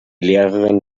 lehrerin